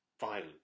violent